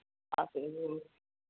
पास में